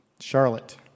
Charlotte